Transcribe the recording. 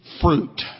fruit